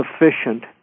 efficient